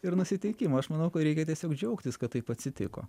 ir nusiteikimo aš manau kad reikia tiesiog džiaugtis kad taip atsitiko